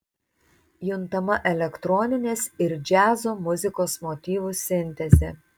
juntama elektroninės ir džiazo muzikos motyvų sintezė